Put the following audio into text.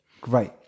Great